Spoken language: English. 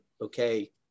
okay